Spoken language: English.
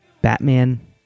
Batman